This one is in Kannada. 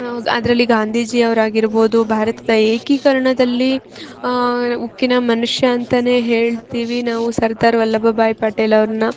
ಅವಾಗ ಅದರಲ್ಲಿ ಗಾಂಧೀಜಿ ಅವ್ರು ಆಗಿರ್ಬೌದು ಭಾರತದ ಏಕೀಕರಣದಲ್ಲಿ ಅವ್ರ್ ಉಕ್ಕಿನ ಮನುಷ್ಯ ಅಂತ ಹೇಳ್ತೀವಿ ನಾವು ಸರ್ದಾರ್ ವಲ್ಲಭಭಾಯ್ ಪಟೇಲ್ ಅವ್ರನ್ನ